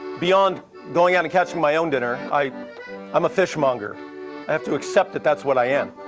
beyond going out to catch my own dinner, i am a fishmonger. i have to accept that that's what i am.